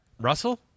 Russell